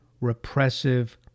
repressive